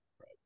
Right